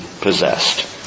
possessed